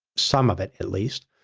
some of, it at least,